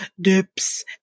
dips